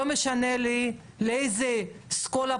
לא משנה לי לאיזה אסכולה